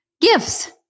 Gifts